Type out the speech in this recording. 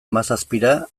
hamazazpira